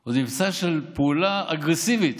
או מבצע של פעולה אגרסיבית